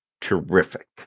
Terrific